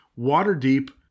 Waterdeep